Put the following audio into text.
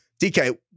DK